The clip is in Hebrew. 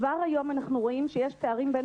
כבר היום אנחנו רואים שיש פערים בין